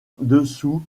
dessous